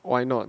why not